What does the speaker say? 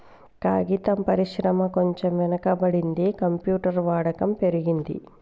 కాగితం పరిశ్రమ కొంచెం వెనక పడ్డది, కంప్యూటర్ వాడకం పెరిగి